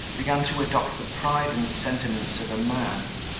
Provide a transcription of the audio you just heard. began to adopt the pride and sentiments of a man.